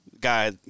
guy